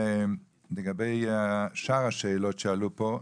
לגבי שאר השאלות שעלו פה,